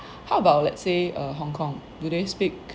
how about let's say err hong-kong do they speak